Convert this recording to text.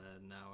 no